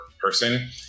person